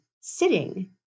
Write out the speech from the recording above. sitting